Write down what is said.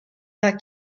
lac